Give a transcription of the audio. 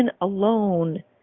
alone